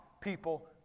people